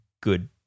good